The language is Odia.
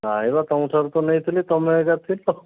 ନାଇଁ ମ ତମ ଠାରୁ ତ ନେଇଥିଲି ତମେ ଏକା ଥିଲ